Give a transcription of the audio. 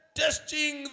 testing